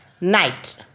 night